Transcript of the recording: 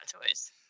toys